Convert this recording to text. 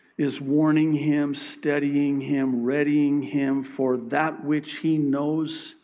is warning him, steadying him, readying him for that which he knows